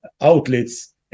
outlets